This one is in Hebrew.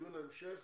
דיון ההמשך